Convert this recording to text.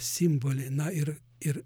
simboliai na ir ir